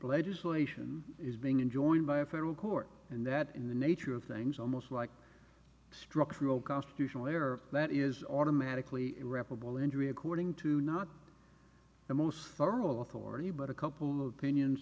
legislation is being enjoyed by a federal court and that in the nature of things almost like structural constitutional error that is automatically irreparable injury according to not the most thorough authority but a couple of pinions